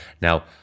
Now